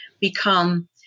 become